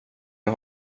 jag